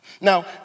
Now